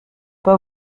pas